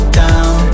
down